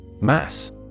Mass